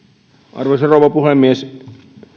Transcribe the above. arvoisa rouva puhemies